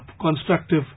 constructive